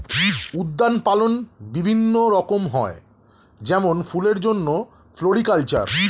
উদ্যান পালন বিভিন্ন রকম হয় যেমন ফুলের জন্যে ফ্লোরিকালচার